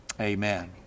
amen